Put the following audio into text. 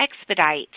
expedite